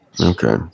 Okay